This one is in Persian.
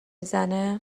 زنه